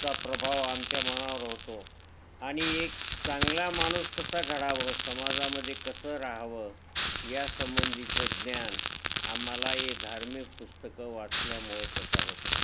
चा प्रभाव आमच्या मनावर होतो आणि एक चांगला माणूस कसा घडावं समाजामध्ये कसं राहावं यासंबंधीचं ज्ञान आम्हाला हे धार्मिक पुस्तकं वाचल्यामुळं त्यात होतं